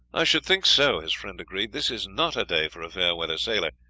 i should think so, his friend agreed this is not a day for a fair weather sailor.